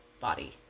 body